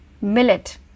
Millet